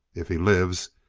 if he lives,